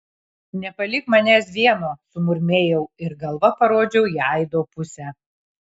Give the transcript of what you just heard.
nepalik manęs vieno sumurmėjau ir galva parodžiau į aido pusę